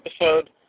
episode